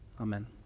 Amen